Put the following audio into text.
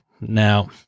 Now